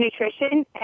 nutrition